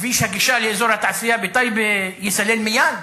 כביש הגישה לאזור התעשייה בטייבה ייסלל מייד?